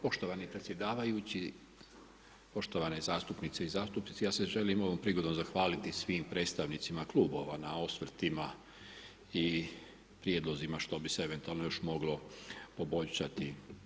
Poštovani predsjedavajući, poštovane zastupnice i zastupnici ja se želim ovom prilikom zahvaliti svim predstavnicima klubova na osvrtima i prijedlozima što bi se eventualno još moglo poboljšati.